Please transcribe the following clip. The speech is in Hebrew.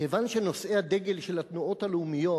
כיוון שנושאי הדגל של התנועות הלאומיות,